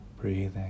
breathing